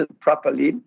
properly